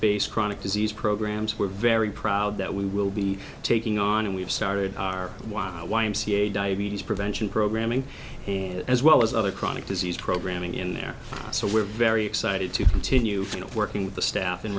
base chronic disease programs we're very proud that we will be taking on and we've started our one y m c a diabetes prevention programming and as well as other chronic disease programming in there so we're very excited to continue working with the staff in